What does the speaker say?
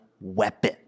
weapon